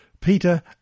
Peter